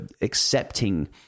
accepting